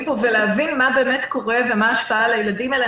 ולהבין מה באמת קורה ומה ההשפעה על הילדים האלה.